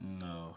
No